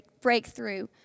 breakthrough